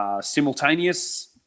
simultaneous